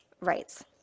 rights